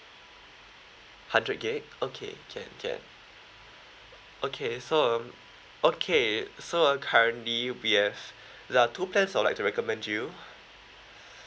hundred gigabytes okay can can okay so um okay so uh currently we have there are two plans I would like to recommend you